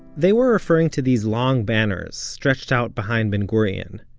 they were referring to these long banners stretched out behind ben gurion,